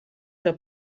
que